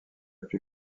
plus